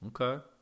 Okay